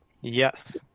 Yes